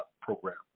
program